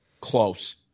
close